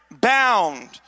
bound